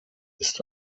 ist